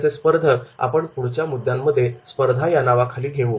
त्याचे स्पर्धक आपण पुढच्या मुद्द्यांमध्ये स्पर्धा या नावाखाली विचारात घेऊ